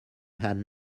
had